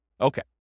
Okay